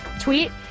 tweet